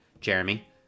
Jeremy